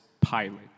pilot